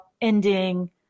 ending